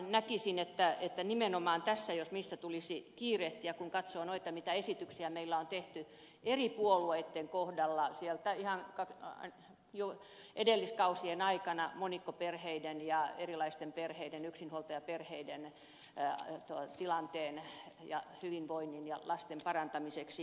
näkisin että nimenomaan tässä jos missä tulisi kiirehtiä kun katsoo mitä esityksiä meillä on tehty eri puolueitten kohdalla siellä ihan edelliskausien aikana monikkoperheiden ja erilaisten perheiden yksinhuoltajaperheiden tilanteen ja lasten hyvinvoinnin parantamiseksi